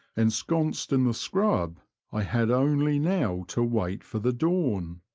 ensconced in the scrub i had only now to wait for the dawn.